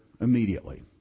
immediately